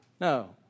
no